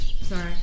Sorry